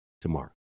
tomorrow